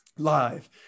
Live